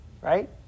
right